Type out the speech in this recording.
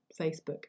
Facebook